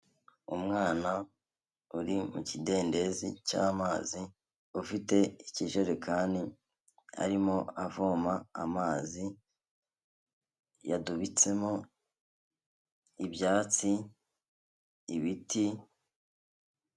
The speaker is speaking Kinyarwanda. Umwana uri mu kidendezi cy'amazi ufite ikijerekani arimo avoma amazi, yadubitsemo ibyatsi, ibiti.